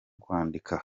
kwandika